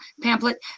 pamphlet